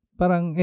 parang